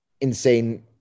insane